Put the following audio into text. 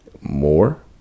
more